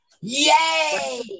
Yay